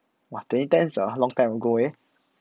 !wah! twenty ten ah long time ago eh